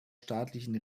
staatlichen